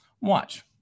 Watch